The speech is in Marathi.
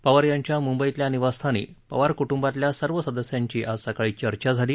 पवार यांच्या मुंबईतल्या निवासस्थानी पवार कटंबातल्या सर्व सदस्यांची आज सकाळी चर्चा झाली